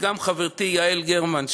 וגם חברתי יעל גרמן.